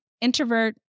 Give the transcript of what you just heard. introvert